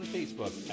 Facebook